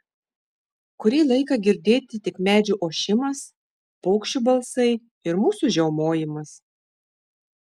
kurį laiką girdėti tik medžių ošimas paukščių balsai ir mūsų žiaumojimas